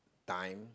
time